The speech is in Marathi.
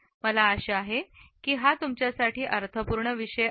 मला आशा आहे की हा तुमच्यासाठी अर्थपूर्ण विषय आहे